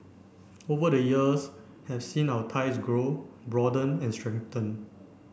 over the years have seen our ties grow broaden and strengthen